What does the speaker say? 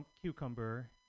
cucumber